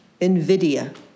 Nvidia